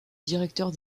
directeur